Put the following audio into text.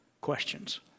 questions